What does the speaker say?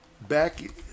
Back